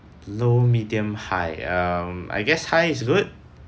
low medium high um I guess high is good